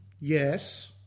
Yes